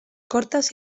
cortas